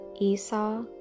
Esau